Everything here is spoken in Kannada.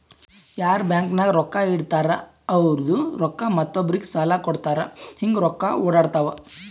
ಯಾರ್ ಬ್ಯಾಂಕ್ ನಾಗ್ ರೊಕ್ಕಾ ಇಡ್ತಾರ ಅವ್ರದು ರೊಕ್ಕಾ ಮತ್ತೊಬ್ಬರಿಗ್ ಸಾಲ ಕೊಡ್ತಾರ್ ಹಿಂಗ್ ರೊಕ್ಕಾ ಒಡ್ಯಾಡ್ತಾವ